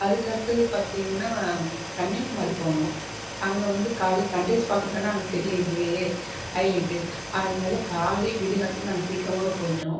அதற்கடுத்தது பார்த்தீங்கன்னா கன்னியாகுமரி போனோம் அங்கே வந்து கால்லே சன்ரைஸ் பாக்கறது தான அங்கே பெரிய இதுவே ஹைலைட்டு அதனால் கால்லே விடியகாத்தால நாங்கள் சீக்கிரமாகவே போயிவிட்டோம்